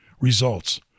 Results